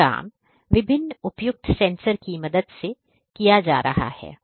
यह काम विभिन्न उपयुक्त सेंसर की मदद से किया जा रहा है